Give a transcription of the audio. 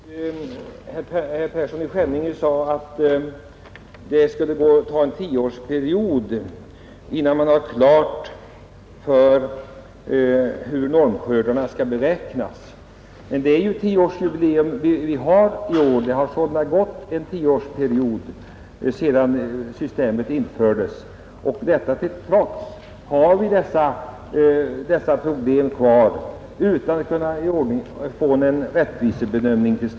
Herr talman! Herr Persson i Skänninge sade att det skulle dröja tio år innan det blev klart hur normskördarna skulle beräknas. Men vi firar ju tioårsjubileum i år. Det har således gått en tioårsperiod sedan systemet infördes. Men trots detta finns problemen kvar. Vi har inte kunnat åstadkomma någon rättvis bedömning.